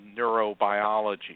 neurobiology